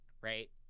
Right